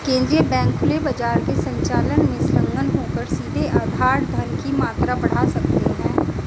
केंद्रीय बैंक खुले बाजार के संचालन में संलग्न होकर सीधे आधार धन की मात्रा बढ़ा सकते हैं